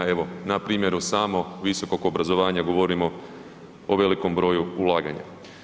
Evo, na primjeru samo visokog obrazovanja govorimo o velikom broju ulaganja.